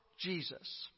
Jesus